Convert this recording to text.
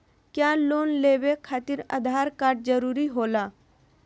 क्या लोन लेवे खातिर आधार कार्ड जरूरी होला?